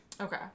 Okay